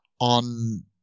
on